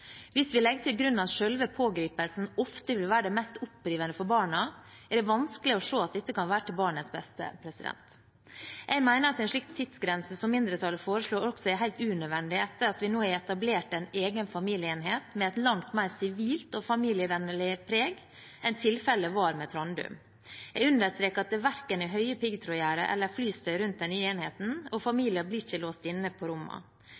Hvis vi legger til grunn at selve pågripelsen ofte vil være det mest opprivende for barna, er det vanskelig å se at dette kan være til barnets beste. Jeg mener at en slik tidsgrense som mindretallet foreslår, også er helt unødvendig etter at vi nå har etablert en egen familieenhet med et langt mer sivilt og familievennlig preg enn tilfellet var med Trandum. Jeg understreker at det verken er høye piggtrådgjerder eller flystøy rundt den nye enheten, og familier blir ikke låst inne på